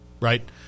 right